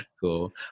cool